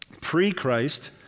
pre-Christ